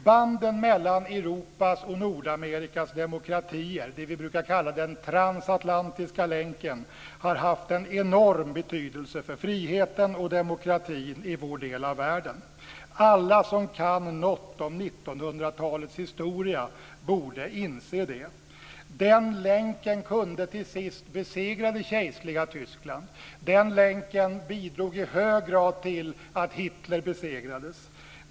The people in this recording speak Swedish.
Banden mellan Europas och Nordamerikas demokratier - det vi brukar kalla den transatlantiska länken - har haft en enorm betydelse för friheten och demokratin i vår del av världen. Alla som kan något om 1900-talets historia borde inse det. Den länken kunde till sist besegra det kejserliga Tyskland. Den länken bidrog i hög grad till att Hitler besegrades.